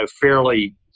fairly